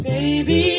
Baby